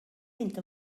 inte